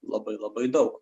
labai labai daug